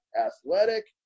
athletic